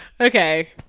okay